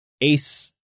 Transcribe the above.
Ace